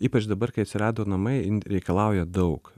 ypač dabar kai atsirado namai jin reikalauja daug